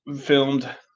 Filmed